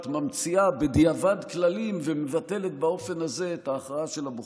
ממציאה בדיעבד כללים ומבטלת באופן הזה את ההכרעה של הבוחר.